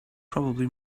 probably